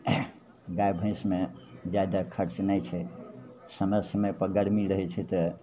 गाइ भैँसमे जादा खर्च नहि छै समय समयपर गरमी रहै छै तऽ